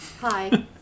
hi